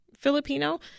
Filipino